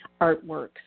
artworks